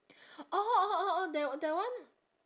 orh orh orh orh that that one